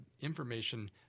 information